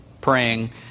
praying